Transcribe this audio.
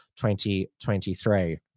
2023